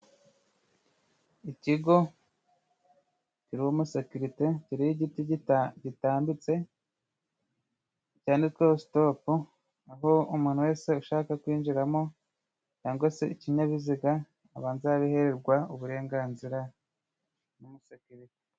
Ikigo kiriho umusekirite, kiriho igiti gitambitse cyanditsweho sitopu, aho umuntu wese ushaka kwinjiramo cyangwa se ikinyabiziga abanza yabihererwa uburenganzira n'umusekirite.